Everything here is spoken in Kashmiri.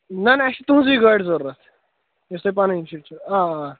نہٕ نہٕ اَسہِ چھِ تُہٕنٛزٕے گأڑۍ ضرَوٗرت یُس تۄہہِ پنٕنۍ چھِو آ آ